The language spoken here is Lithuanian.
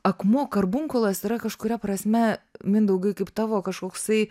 akmuo karbunkulas yra kažkuria prasme mindaugai kaip tavo kažkoksai